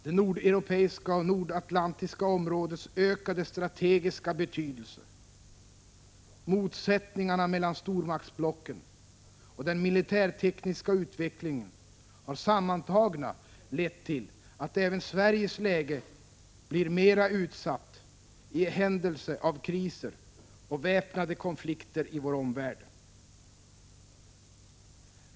Det nordeuropeiska och nordatlantiska områdets ökade strategiska betydelse, motsättningarna mellan stormaktsblocken och den militärtekniska utvecklingen har sammantagna lett till att även Sveriges läge blir mera utsatt i händelse av kriser och väpnade konflikter i vår omvärld.